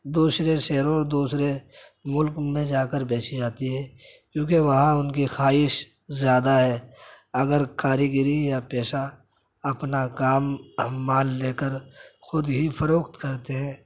دوسرے شہروں اور دوسرے ملکوں میں جا کر پیچی جاتی ہے کیونکہ وہاں ان کی خواہش زیادہ ہے اگر کاریگری یا پیشہ اپنا کام مال لے کر خود ہی فروخت کرتے ہیں